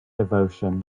devotion